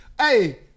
Hey